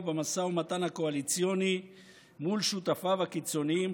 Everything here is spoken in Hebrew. במשא ומתן הקואליציוני מול שותפיו הקיצוניים,